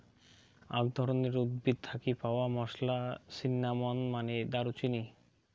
আক ধরণের উদ্ভিদ থাকি পাওয়া মশলা, সিন্নামন মানে দারুচিনি